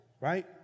Right